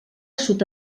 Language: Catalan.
sud